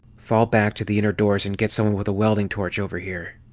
fall back to the inner doors and get someone with a welding torch over here.